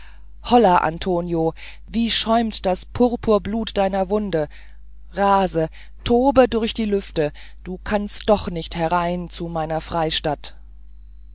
holla antonio wie schäumt das purpurblut deiner wunde rase tobe durch die lüfte du kannst doch nicht herein zu meiner freistatt